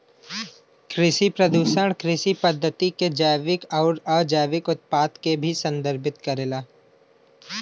कृषि प्रदूषण कृषि पद्धति क जैविक आउर अजैविक उत्पाद के भी संदर्भित करेला